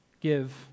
give